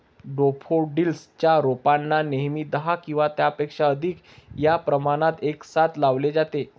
daffodils च्या रोपांना नेहमी दहा किंवा त्यापेक्षा अधिक या प्रमाणात एकसाथ लावले जाते